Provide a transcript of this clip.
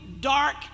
dark